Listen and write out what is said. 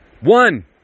One